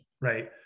right